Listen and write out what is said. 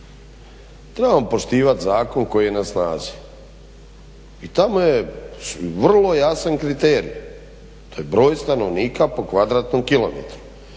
Trebamo poštivat zakon koji je na snazi i tamo je vrlo jasan kriterij, to je broj stanovnika po km2, to nije